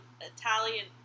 Italian